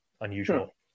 Unusual